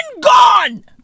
gone